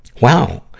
Wow